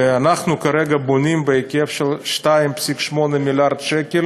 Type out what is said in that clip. אנחנו כרגע בונים בהיקף של 2.8 מיליארד שקל